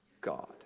God